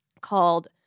called